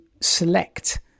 select